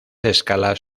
escalas